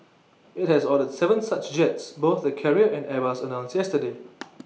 IT has ordered Seven such jets both the carrier and airbus announced yesterday